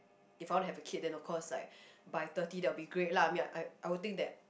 if I wanna have a kid then of course like by thirty that will be great lah I mean I I will think that